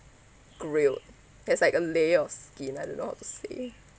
grilled there's like a layer of skin I don't know how to say